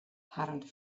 harren